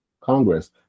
Congress